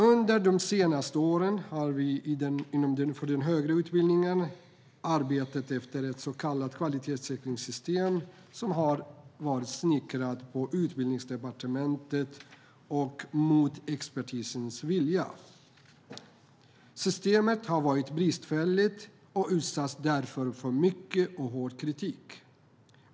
Under de senaste åren har vi för den högre utbildningen arbetat efter ett så kallat kvalitetssäkringssystem som varit hopsnickrat på Utbildningsdepartementet, mot expertisens vilja. Systemet har varit bristfälligt och har därför utsatts för mycket och hård kritik.